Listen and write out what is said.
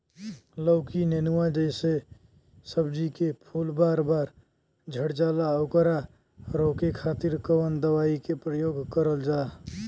लौकी नेनुआ जैसे सब्जी के फूल बार बार झड़जाला ओकरा रोके खातीर कवन दवाई के प्रयोग करल जा?